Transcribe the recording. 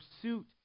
pursuit